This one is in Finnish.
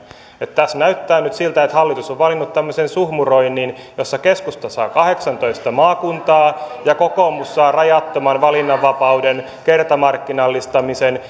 tässä näyttää nyt siltä että hallitus on valinnut tämmöisen suhmuroinnin jossa keskusta saa kahdeksantoista maakuntaa ja kokoomus saa rajattoman valinnanvapauden kertamarkkinallistamisen